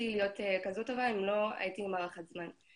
להיות כזאת טובה אם לא הייתי עם הארכת זמן.